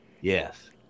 yes